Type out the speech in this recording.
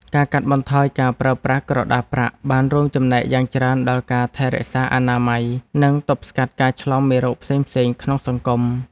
ការកាត់បន្ថយការប្រើប្រាស់ក្រដាសប្រាក់បានរួមចំណែកយ៉ាងច្រើនដល់ការថែរក្សាអនាម័យ និងទប់ស្កាត់ការឆ្លងមេរោគផ្សេងៗក្នុងសង្គម។